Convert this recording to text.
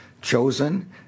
chosen